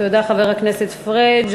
תודה, חבר הכנסת פריג'.